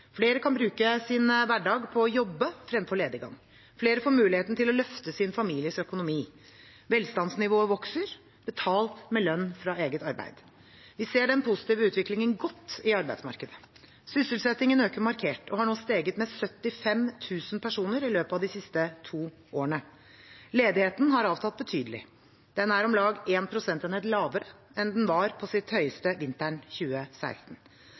flere. Flere kan bruke sin hverdag på å jobbe fremfor lediggang. Flere får muligheten til å løfte sin families økonomi. Velstandsnivået vokser – betalt med lønn fra eget arbeid. Vi ser den positive utviklingen godt i arbeidsmarkedet. Sysselsettingen øker markert og har nå steget med 75 000 personer i løpet av de siste to årene. Ledigheten har avtatt betydelig. Den er om lag én prosentenhet lavere enn den var på sitt høyeste, vinteren 2016.